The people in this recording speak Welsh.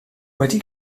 wedi